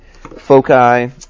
foci